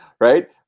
right